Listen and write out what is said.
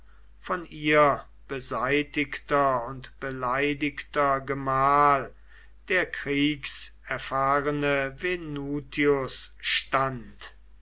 von ihr beseitigter und beleidigter gemahl der kriegserfahrene venutius stand